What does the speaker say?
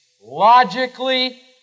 logically